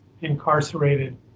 incarcerated